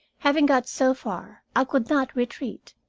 having got so far, i could not retreat.